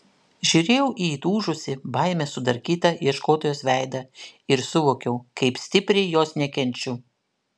žiūrėjau į įtūžusį baimės sudarkytą ieškotojos veidą ir suvokiau kaip stipriai jos nekenčiu